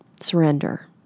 surrender